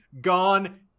gone